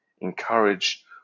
encourage